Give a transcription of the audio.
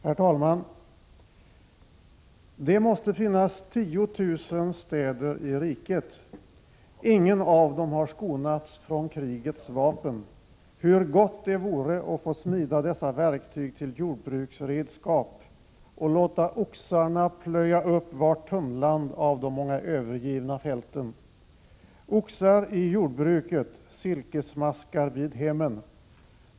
Herr talman! ”Det måste finnas tiotusen städer i riket ingen av dem har skonats från krigets vapen. Hur gott det vore att få smida dessa verktyg till jordbruksredskap och låta oxarna plöja upp vart tunnland av de många övergivna fälten! Oxar i jordbruket, silkesmaskar vid hemmen.